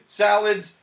salads